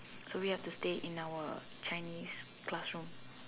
so we have to stay in our Chinese classroom